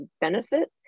benefit